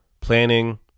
planning